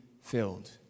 filled